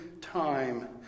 time